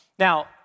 Now